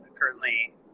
currently